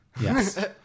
Yes